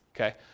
okay